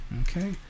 Okay